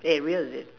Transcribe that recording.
eh real is it